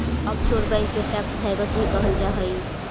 offshore bank के tax havens भी कहल जा हइ